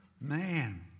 Man